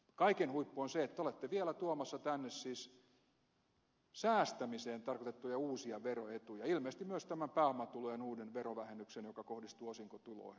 kaiken huippu on se että te olette vielä tuomassa tänne siis säästämiseen tarkoitettuja uusia veroetuja ilmeisesti myös tämän pääomatulojen uuden verovähennyksen joka kohdistuu osinkotuloihin